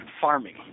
farming